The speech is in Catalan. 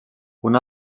una